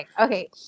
Okay